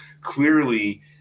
clearly